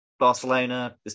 Barcelona